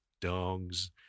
dogs